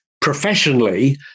professionally